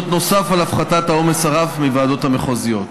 נוסף על הפחתת העומס הרב בוועדות המחוזיות.